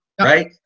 right